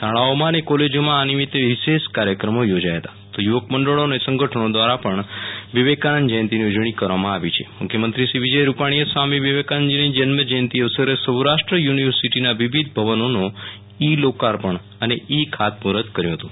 શાળાઓમાં અને કોલેજોમાં આ નિમિત્તે વિશેષ કાર્યક્રમો યોજાયા હતા તો યુવક મંડળો અને સંગઠનો દ્વારા પણ વિવેકાનેદ જયંતિની ઉજવણી કરવામાં આવી છે મુખ્યમંત્રી શ્રી વિજય રૂપાણીએ સ્વામી વિવેકાનંદજીની જન્મજયંતિ અવસરે સૌરાષ્ટ્ર યુનિવર્સીટીનાં વિવિધ ભવનોનો ઈ લોકર્પણ અને ઈ ખાર્તમૂહર્ત કર્યું હતું